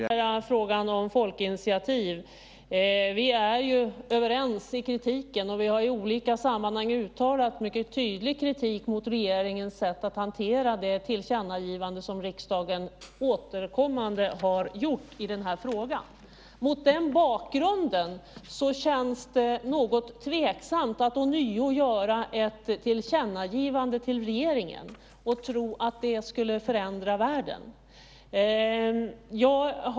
Herr talman! Jag vill också kommentera frågan om folkinitiativ. Vi är överens om kritiken och vi har i olika sammanhang uttalat mycket tydlig kritik mot regeringens sätt att hantera det tillkännagivande som riksdagen återkommande har gjort i frågan. Mot den bakgrunden känns det något tveksamt att ånyo göra ett tillkännagivande till regeringen och tro att det skulle förändra världen.